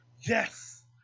Yes